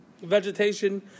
vegetation